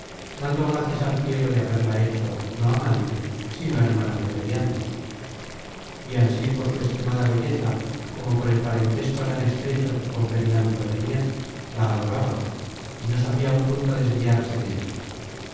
dando gracias al cielo de haberla hecho no amante sino hermana de periandro y ansí por su extremada belleza como por el parentesco tan estrecho que con periandro tenia la adoraba y no sabia un punto desviarse della